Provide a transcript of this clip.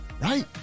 right